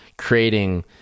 creating